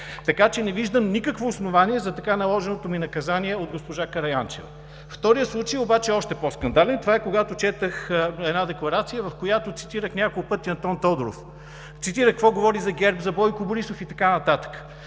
Не виждам никакво основание за наложеното ми наказание от госпожа Караянчева. Вторият случай обаче е още по-скандален. Това е, когато четох декларация, в която няколко пъти цитирах Антон Тодоров. Цитирах какво говори за ГЕРБ, за Бойко Борисов и така нататък.